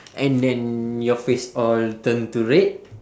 and then your face all turn to red